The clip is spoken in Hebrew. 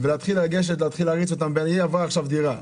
ולהתחיל לגשת, להריץ אותם היא עברה דירה.